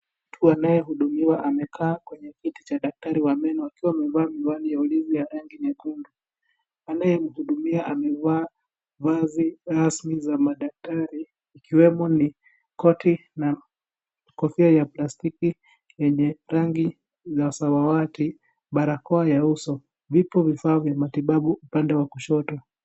Mtu anayehudumiwa amekaa kwenye kiti cha daktari wa meno akiwa amevaa miwani ya ulinzi ya rangi nyekundu. Anayemhudumia amevaa vazi rasmi za madaktari ikiwemo ni koti na kofia ya plastiki yenye rangi za samawati, barakoa ya uso. Vipo vifaa vya matibabu upande wa kushoto.